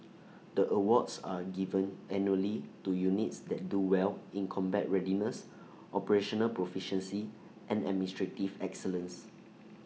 the awards are given annually to units that do well in combat readiness operational proficiency and administrative excellence